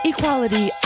Equality